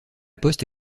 poste